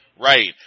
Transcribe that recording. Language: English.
Right